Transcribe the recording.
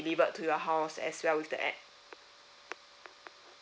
delivered to your house as well with the app